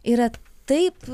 yra taip